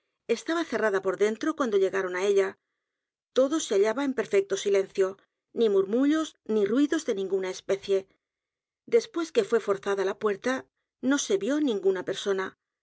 estaba cerrada por dentro cuando llegaron á ella todo se hallaba en perfecto s i l e n c i o n i murmullos ni ruidos de ninguna especie después que fué forzada la puerta no se vio ninguna persona